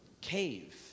cave